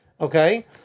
Okay